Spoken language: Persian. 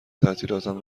تعطیلاتم